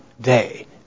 day